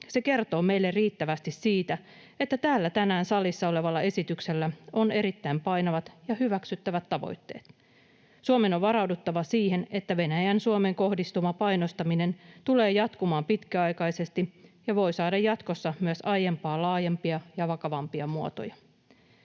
Se kertoo meille riittävästi siitä, että tänään täällä salissa olevalla esityksellä on erittäin painavat ja hyväksyttävät tavoitteet. Suomen on varauduttava siihen, että Venäjän Suomeen kohdistuva painostaminen tulee jatkumaan pitkäaikaisesti ja voi saada jatkossa myös aiempaa laajempia ja vakavampia muotoja.